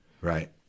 Right